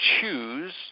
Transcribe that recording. choose